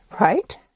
right